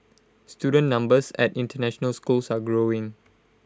student numbers at International schools are growing